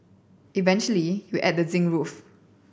eventually you add the zinc roof